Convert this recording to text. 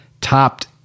topped